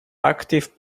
active